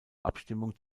abstimmung